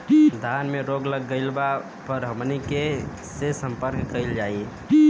धान में रोग लग गईला पर हमनी के से संपर्क कईल जाई?